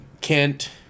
Kent